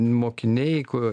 mokiniai ku